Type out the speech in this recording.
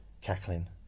cackling